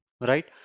right